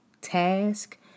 task